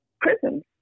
prisons